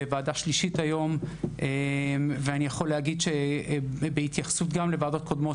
זו ועדה שלישית שלי היום ואני יכול להגיד בהתייחסות לוועדות קודמות